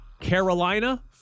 Carolina